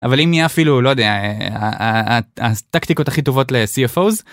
אבל אם יהיה אפילו, לא יודע, הטקסטיקות הכי טובות ל-CFOs.